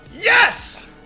YES